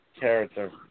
character